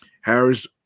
Harris